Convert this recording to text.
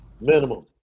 Minimum